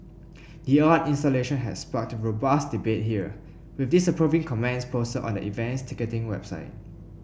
the art installation had sparked robust debate here with disapproving comments posted on the event's ticketing website